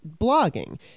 blogging